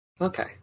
Okay